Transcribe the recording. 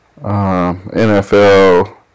NFL